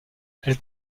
elles